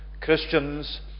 Christians